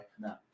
No